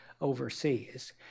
overseas